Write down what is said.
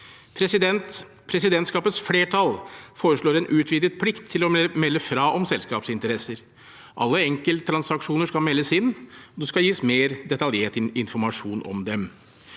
Presidentskapets flertall foreslår en utvidet plikt til å melde fra om selskapsinteresser. Alle enkelttransaksjoner skal meldes inn, og det skal gis mer detaljert informasjon om dem.